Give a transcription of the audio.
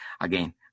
again